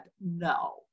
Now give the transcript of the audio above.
no